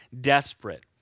desperate